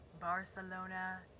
Barcelona